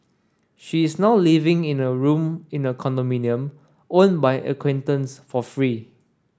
she is now living in a room in a condominium own by acquaintance for free